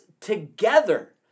together